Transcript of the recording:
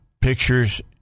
pictures